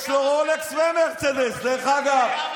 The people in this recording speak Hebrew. יש לו רולקס ומרצדס, דרך אגב.